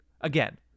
again